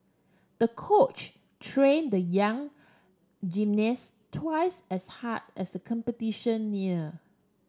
the coach train the young gymnast twice as hard as competition near